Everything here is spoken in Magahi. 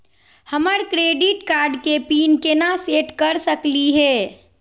हमर क्रेडिट कार्ड के पीन केना सेट कर सकली हे?